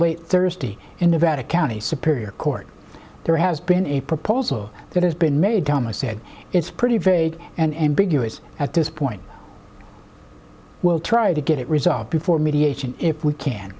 late thursday in nevada county superior court there has been a proposal that has been made thomas said it's pretty varied and big us at this point will try to get it resolved before mediation if we can